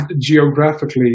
geographically